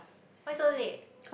why so late